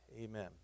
Amen